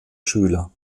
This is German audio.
schüler